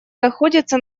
находится